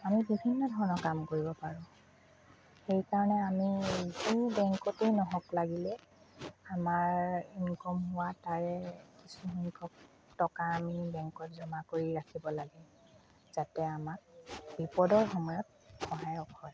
আমি বিভিন্ন ধৰণৰ কাম কৰিব পাৰোঁ সেই কাৰণে আমি যি বেংকতে নহওঁক লাগিলে আমাৰ ইনকম হোৱা তাৰে কিছুসংখ্যক টকা আমি বেংকত জমা কৰি ৰাখিব লাগে যাতে আমাক বিপদৰ সময়ত সহায়ক হয়